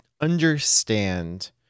understand